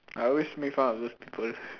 I always make fun of those people